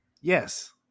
Yes